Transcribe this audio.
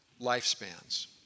lifespans